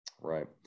Right